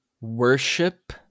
worship